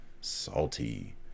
salty